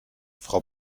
frau